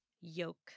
yoke